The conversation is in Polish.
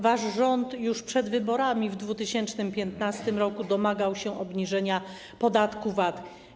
Wasz rząd już przed wyborami w 2015 r. domagał się obniżenia podatku VAT.